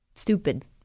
Stupid